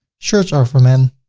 shirts are for men.